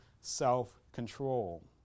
self-control